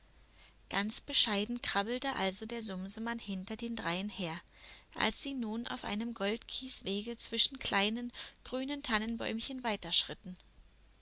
ganz bescheiden krabbelte also der sumsemann hinter den dreien her als sie nun auf einem goldkieswege zwischen kleinen grünen tannenbäumchen